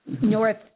North